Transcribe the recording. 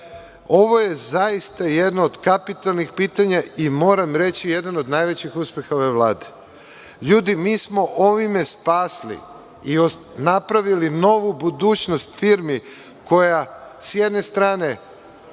je zaista jedno od kapitalnih pitanja i moram reći jedan od najvećih uspeha ove Vlade. LJudi, mi smo ovime spasli i napravili novu budućnost firmi koja sa jedne strane,